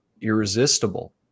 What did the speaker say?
irresistible